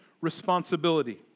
responsibility